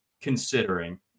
considering